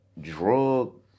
drug